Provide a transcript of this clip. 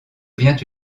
vient